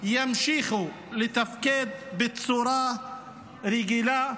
האוניברסיטאות ימשיכו לתפקד בצורה רגילה,